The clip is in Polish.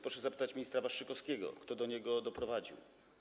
Proszę zapytać ministra Waszczykowskiego, kto do niego doprowadził.